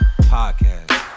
Podcast